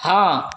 हाँ